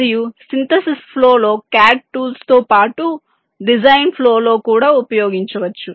మరియు synthesis flow లో CAD tools తో పాటు డిజైన్ ఫ్లో లో కూడా ఉపయోగించవచ్చు